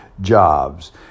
jobs